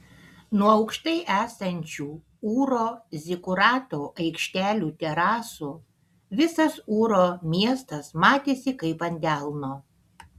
nuo aukštai esančių ūro zikurato aikštelių terasų visas ūro miestas matėsi kaip ant delno